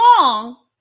long